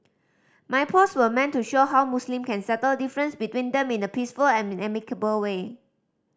my post were meant to show how Muslim can settle difference between them in a peaceful and amicable way